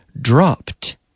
dropped